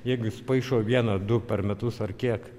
jeigu jis paišo vieną du per metus ar kiek